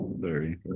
Sorry